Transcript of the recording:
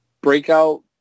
breakout